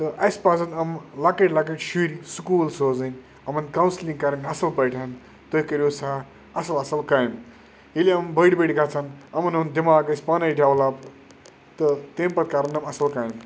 تہٕ اَسہِ پَزَن یِم لَکٕٹۍ لَکٕٹۍ شُرۍ سُکوٗل سوزٕنۍ إمَن کَونسلِنٛگ کَرٕنۍ اَصٕل پٲٹھۍ تُہۍ کٔرِو سا اَصٕل اَصٕل کامہِ ییٚلہِ یِم بٔڑۍ بٔڑۍ گَژھن یِمَن ہُنٛد دٮ۪ماغ گَژھِ پانے ڈٮ۪ولَپ تہٕ تمہِ پَتہٕ کَرَن یِم اَصٕل کامہِ